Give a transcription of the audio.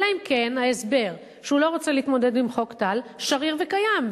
אלא אם כן ההסבר שהוא לא רוצה להתמודד עם חוק טל שריר וקיים,